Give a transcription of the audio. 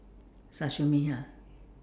sashimi ha